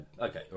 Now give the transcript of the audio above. okay